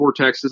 vortexes